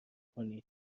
کنید